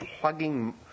plugging